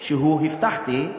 שהוא: הבטחתי,